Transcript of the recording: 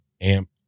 Amp